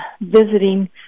visiting